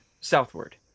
southward